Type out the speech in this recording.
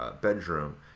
bedroom